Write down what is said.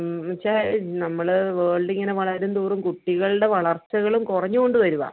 എന്ന് വെച്ചാൽ നമ്മൾ വേൾഡിങ്ങനെ വളരും തോറും കുട്ടികളുടെ വളർച്ചകളും കുറഞ്ഞോണ്ട് വരുവാണ്